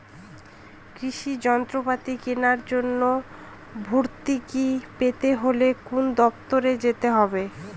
কৃষি যন্ত্রপাতি কেনার জন্য ভর্তুকি পেতে হলে কোন দপ্তরে যেতে হবে?